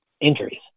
injuries